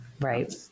Right